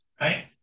right